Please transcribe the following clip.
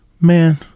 man